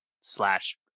slash